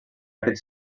aquest